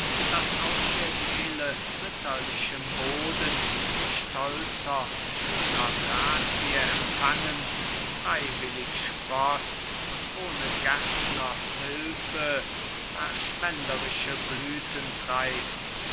das aus der seele mütterlichem boden in stolzer schöner grazie empfangen freiwillig sproßt und ohne gärtners hülfe verschwenderische blüten treibt